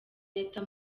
leta